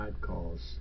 calls